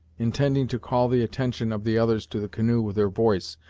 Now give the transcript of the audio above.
intending to call the attention of the others to the canoe with her voice,